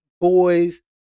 boy's